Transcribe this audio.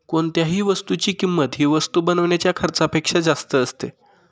कोणत्याही वस्तूची किंमत ही वस्तू बनवण्याच्या खर्चापेक्षा जास्त असते